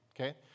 Okay